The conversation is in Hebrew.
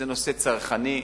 זה נושא צרכני,